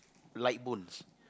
light bones